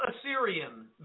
Assyrian